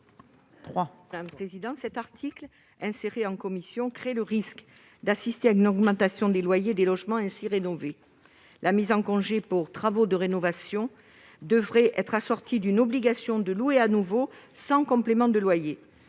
l'amendement n° 186. Cet article, inséré en commission, crée le risque d'une augmentation des loyers des logements concernés. La mise en congé pour travaux de rénovation devrait donc être assortie d'une obligation de louer à nouveau, sans complément de loyer.